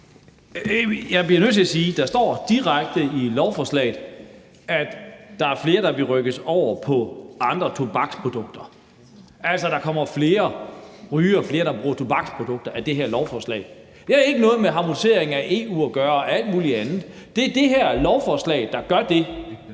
Jeg bliver nødt til at sige, at der i lovforslaget direkte står, at der er flere, der vil rykkes over på andre tobaksprodukter, altså at der kommer flere rygere og flere, der bruger tobaksprodukter, af det her lovforslag. Det har ikke noget med en EU-harmonisering og alt muligt andet at gøre, men det er det her lovforslag, der gør det.